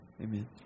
Amen